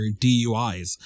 DUIs